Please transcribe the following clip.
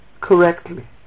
correctly